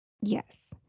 Yes